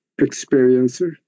experiencer